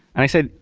i said,